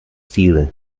síly